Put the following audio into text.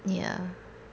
ya